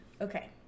Okay